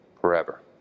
forever